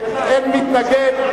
אין מתנגד.